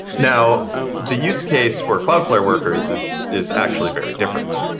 now, the use case for cloudflare workers is is actually very different,